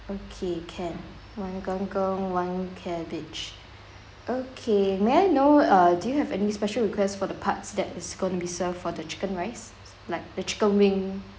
okay can one kangkung one cabbage okay may I know uh do you have any special requests for the parts that is going to be served for the chicken rice like the chicken wing